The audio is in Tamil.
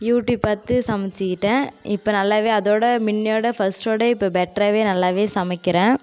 யூடியூப் பார்த்து சமைச்சிக்கிட்டேன் இப்போ நல்லா அதோடு முன்னையோட ஃபஸ்ட்டோடு இப்போ பெட்ராக நல்லா சமைக்கிறேன்